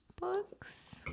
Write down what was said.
books